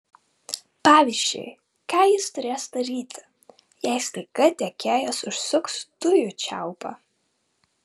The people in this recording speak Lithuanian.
pavyzdžiui ką jis turės daryti jei staiga tiekėjas užsuks dujų čiaupą